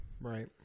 Right